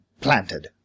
planted